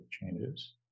changes